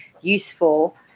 useful